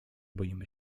boimy